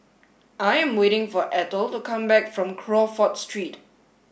I am waiting for Eithel to come back from Crawford Street